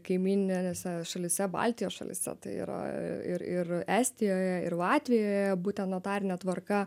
kaimyninėse šalyse baltijos šalyse tai yra ir ir estijoje ir latvijoje būten notarine tvarka